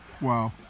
Wow